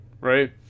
Right